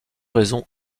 raisons